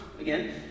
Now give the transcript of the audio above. again